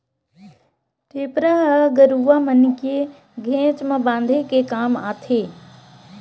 टेपरा ह गरुवा मन के घेंच म बांधे के काम आथे